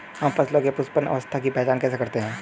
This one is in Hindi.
हम फसलों में पुष्पन अवस्था की पहचान कैसे करते हैं?